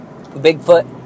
Bigfoot